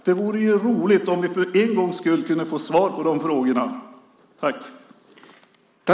Det vore roligt om vi för en gångs skull kunde få svar på de frågorna.